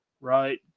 right